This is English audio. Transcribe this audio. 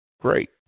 great